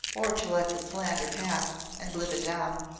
or to let the slander pass, and live it down.